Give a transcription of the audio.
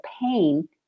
pain